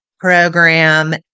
program